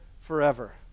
forever